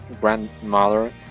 grandmother